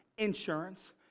insurance